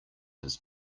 his